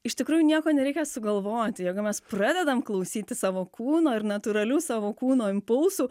iš tikrųjų nieko nereikia sugalvoti jeigu mes pradedam klausytis savo kūno ir natūralių savo kūno impulsų